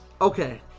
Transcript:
okay